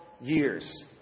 years